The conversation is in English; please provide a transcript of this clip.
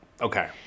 Okay